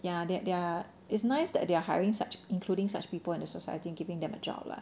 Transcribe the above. ya they're they're it's nice that they're hiring such including such people into society and giving them a job lah